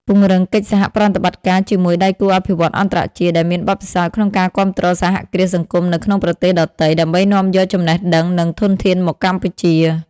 ពង្រឹងកិច្ចសហប្រតិបត្តិការជាមួយដៃគូអភិវឌ្ឍន៍អន្តរជាតិ ដែលមានបទពិសោធន៍ក្នុងការគាំទ្រសហគ្រាសសង្គមនៅក្នុងប្រទេសដទៃ ដើម្បីនាំយកចំណេះដឹង និងធនធានមកកម្ពុជា ។